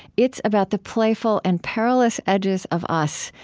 it's about the playful and perilous edges of us,